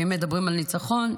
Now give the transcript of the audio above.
ואם מדברים על ניצחון,